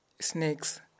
snakes